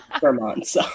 Vermont